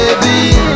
baby